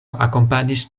akompanis